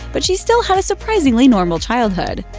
but she still had a surprisingly normal childhood.